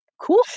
Cool